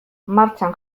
martxan